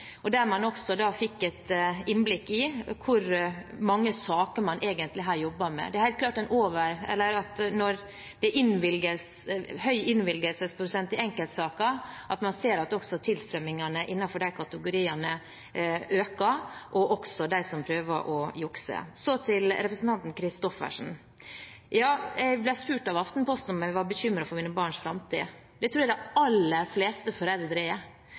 og man fikk også et innblikk i hvor mange saker man egentlig har jobbet med. Det er helt klart at når det er høy innvilgelsesprosent i enkelte saker, ser man at også tilstrømningen innenfor disse kategoriene øker, og også av dem som prøver å jukse. Så til representanten Christoffersen. Ja, jeg ble spurt av Aftenposten om jeg var bekymret for mine barns framtid. Det tror jeg de aller fleste foreldre er.